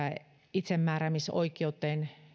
itsemääräämisoikeuteen